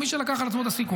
מי שלקח על עצמו את הסיכון,